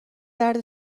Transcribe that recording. درد